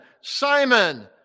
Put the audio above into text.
Simon